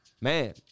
Man